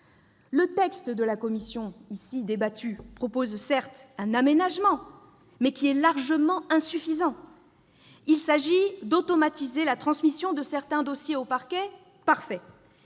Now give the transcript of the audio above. Le texte de la commission prévoit certes un aménagement, mais largement insuffisant. Il s'agit d'automatiser la transmission de certains dossiers au parquet. Parfait !